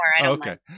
Okay